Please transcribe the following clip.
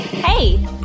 Hey